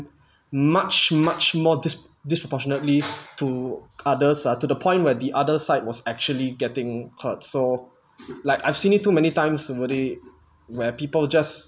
much much more dis~ disproportionately to others ah to the point where the other side was actually getting hurt so like I've seen it too many times somebody where people just